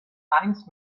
eins